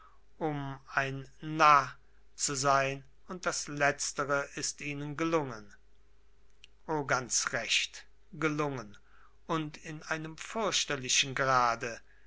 um ein narr zu sein und das letztere ist ihnen gelungen o ganz recht gelungen und in einem fürchterlichen grade